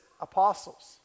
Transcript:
apostles